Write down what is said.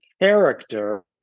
character